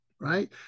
right